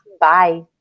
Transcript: Bye